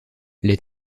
les